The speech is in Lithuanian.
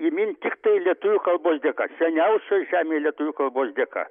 įmint tiktai lietuvių kalbos dėka seniausios žemėj lietuvių kalbos dėka